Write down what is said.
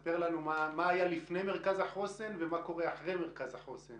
תספר לנו מה היה לפני מרכז החוסן ומה קורה אחרי מרכז החוסן.